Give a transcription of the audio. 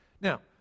now